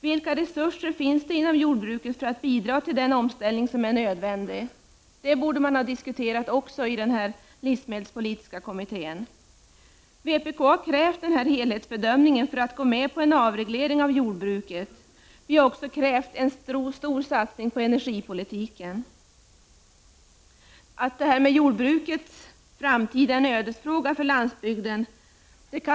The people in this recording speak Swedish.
Vilka resurser finns det inom jordbruket när det gäller att bidra till den omställning som är nödvändig? Den frågan borde också ha diskuterats i livsmedelspolitiska kommittén. Vi i vpk har krävt en helhetsbedömning för att kunna gå med på en avreglering av jordbruket. Men vi har också krävt en stor satsning på energipolitiken. Jordbrukets framtid är en ödesfråga för landsbygdens utveckling.